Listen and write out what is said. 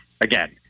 again